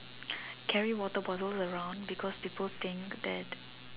carry water bottles around because people think that